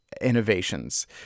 innovations